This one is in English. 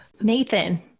Nathan